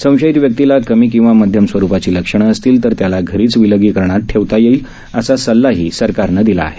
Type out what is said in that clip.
संशयित व्यक्तीला कमी किंवा मध्यम स्वरुपाची लक्षणं असतील तर त्याला घरीच विलगीकरणार ठेवता येईल असा सल्लाही सरकारने दिला आहे